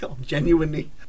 genuinely